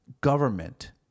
government